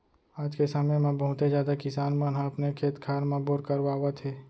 आज के समे म बहुते जादा किसान मन ह अपने खेत खार म बोर करवावत हे